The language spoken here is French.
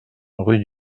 rue